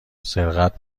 سرقت